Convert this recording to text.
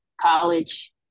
college